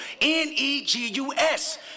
N-E-G-U-S